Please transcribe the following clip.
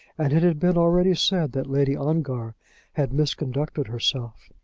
and it had been already said that lady ongar had misconducted herself.